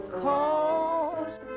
Cause